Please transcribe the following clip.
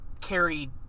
carried